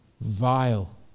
Vile